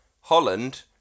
Holland